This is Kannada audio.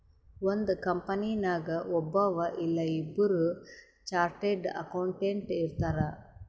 ಒಂದ್ ಕಂಪನಿನಾಗ್ ಒಬ್ಬವ್ ಇಲ್ಲಾ ಇಬ್ಬುರ್ ಚಾರ್ಟೆಡ್ ಅಕೌಂಟೆಂಟ್ ಇರ್ತಾರ್